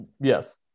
Yes